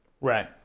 Right